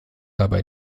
dabei